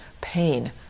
pain